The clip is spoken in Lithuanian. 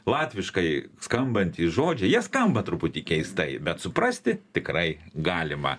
latviškai skambantys žodžiai jie skamba truputį keistai bet suprasti tikrai galima